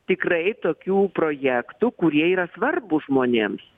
tikrai tokių projektų kurie yra svarbūs žmonėms